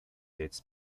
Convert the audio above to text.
its